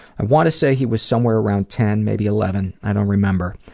i wanna say he was somewhere around ten maybe eleven, i don't remember.